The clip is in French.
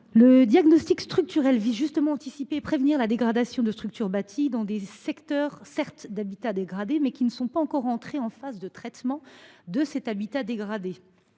Le diagnostic structurel vise justement à anticiper et prévenir la dégradation de structures bâties dans des secteurs qui relèvent de l’habitat dégradé, certes, mais qui ne sont pas encore entrés en phase de traitement – ils se